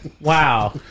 Wow